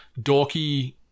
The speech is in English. dorky